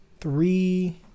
three